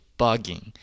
bugging